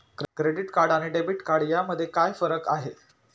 Credit card आणि debit card यामध्ये काय फरक आहे?